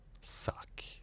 suck